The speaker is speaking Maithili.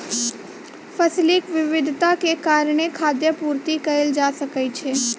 फसीलक विविधताक कारणेँ खाद्य पूर्ति कएल जा सकै छै